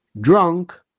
drunk